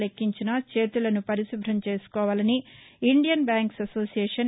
లెక్కించినా చేతులను పరిశుభ్రం చేసుకోవాలని ఇండియన్ బ్యాంక్సు అసోసియేషన్